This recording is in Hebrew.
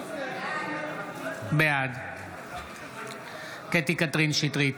בעד קטי קטרין שטרית,